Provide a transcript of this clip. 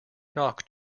knock